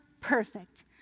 perfect